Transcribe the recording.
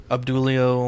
Abdulio